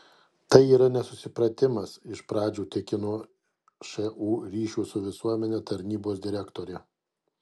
tai yra nesusipratimas iš pradžių tikino šu ryšių su visuomene tarnybos direktorė